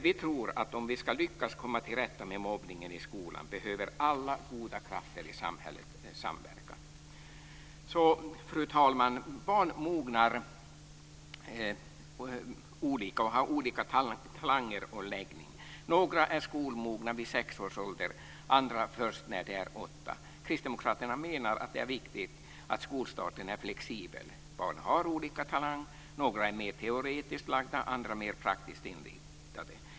Vi tror att om vi ska lyckas komma till rätta med mobbningen i skolan behöver alla goda krafter i samhället samverka. Fru talman! Barn mognar olika och har olika talang och läggning. Några är skolmogna vid sex års ålder, andra först när de är åtta år. Kristdemokraterna menar att det är viktigt att skolstarten är flexibel. Barn har olika talang - några är mer teoretiskt lagda, andra är mer praktiskt inriktade.